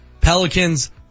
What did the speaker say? Pelicans